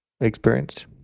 experience